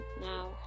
Now